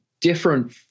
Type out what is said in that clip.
different